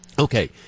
Okay